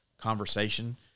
conversation